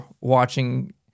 watching